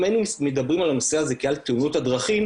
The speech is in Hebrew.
אם היינו מדברים על הנושא הזה כעל תאונות הדרכים,